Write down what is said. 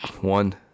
one